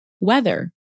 weather